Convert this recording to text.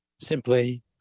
simply